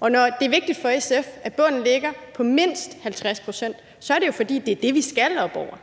og når det er vigtigt for SF, at bunden ligger på mindst 50 pct., så er det jo, fordi det er det, vi skal op over.